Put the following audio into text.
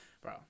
bro